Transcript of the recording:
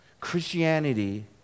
Christianity